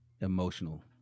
Emotional